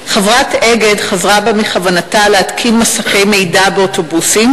חברת "אגד" חזרה בה מכוונתה להתקין מסכי מידע באוטובוסים